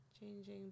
changing